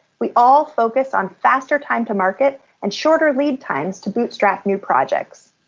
we all focus on faster time to market and shorter lead times to bootstrap new projects.